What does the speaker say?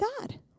God